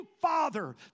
Father